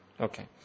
Okay